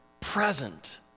present